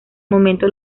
momento